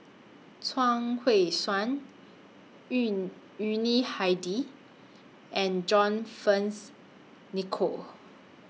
Chuang Hui Tsuan Yun Yuni Hadi and John Fearns Nicoll